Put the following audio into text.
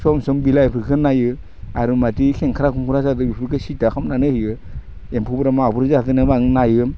सम सम बिलाइफोरखो नायो आरो मादि खेंख्रा खुंख्रा जादों बिफोरखो सिद्दा खामनानै होयो एम्फौफोरा माब्रै जाखो होननानै नायो